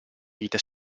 vite